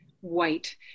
white